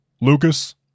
Lucas